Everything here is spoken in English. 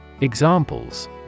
Examples